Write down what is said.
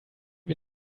wir